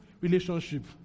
relationship